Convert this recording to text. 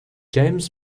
james